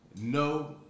No